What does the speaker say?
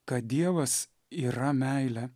kad dievas yra meilė